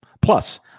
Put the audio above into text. Plus